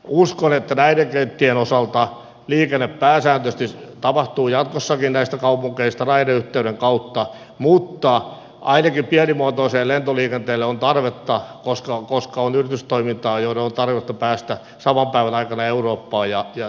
uskon että näiden kenttien osalta liikenne pääsääntöisesti tapahtuu jatkossakin näistä kaupungeista raideyhteyden kautta mutta ainakin pienimuotoiselle lentoliikenteelle on tarvetta koska on yritystoimintaa jossa on tarvetta päästä saman päivän aikana eurooppaan ja takaisin kotiin